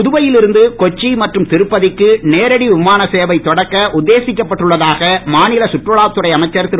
புதுவையில் இருந்து கொச்சி மற்றும் திருப்பதிக்கு நேரடி விமான சேவை தொடக்க உத்தேசிக்கப்பட்டுள்ளதாக மாநில சுற்றுலாத்துறை அமைச்சர் திரு